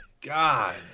God